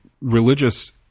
religious